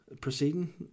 Proceeding